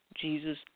Jesus